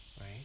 right